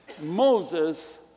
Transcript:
Moses